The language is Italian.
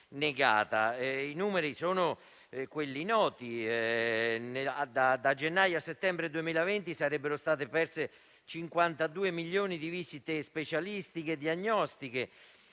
I numeri sono noti: da gennaio a settembre 2020 sarebbero state perse 52 milioni di visite specialistiche e diagnostiche;